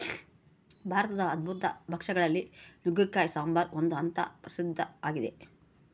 ಭಾರತದ ಅದ್ಭುತ ಭಕ್ಷ್ಯ ಗಳಲ್ಲಿ ನುಗ್ಗೆಕಾಯಿ ಸಾಂಬಾರು ಒಂದು ಅಂತ ಪ್ರಸಿದ್ಧ ಆಗಿದೆ